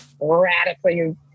radically